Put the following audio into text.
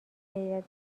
هیات